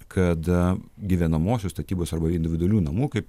kad gyvenamosios statybos arba individualių namų kaip